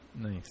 Nice